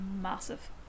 massive